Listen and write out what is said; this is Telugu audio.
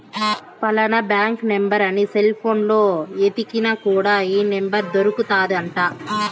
ఫలానా బ్యాంక్ నెంబర్ అని సెల్ పోనులో ఎతికిన కూడా ఈ నెంబర్ దొరుకుతాది అంట